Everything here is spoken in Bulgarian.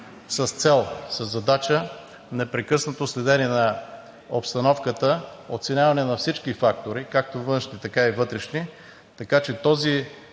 с цел непрекъснато следене на обстановката, оценяване на всички фактори – както външни, така и вътрешни, така че